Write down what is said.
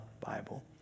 Bible